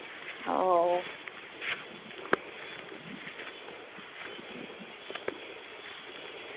ꯑꯧ ꯑꯧ ꯑꯧ